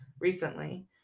recently